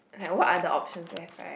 okay what are the options left right